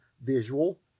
Visual